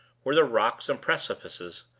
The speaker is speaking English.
were the rocks and precipices,